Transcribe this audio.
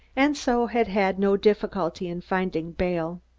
and so had had no difficulty in finding bail.